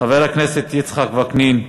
חבר הכנסת יצחק וקנין,